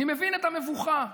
אני מבין את המבוכה.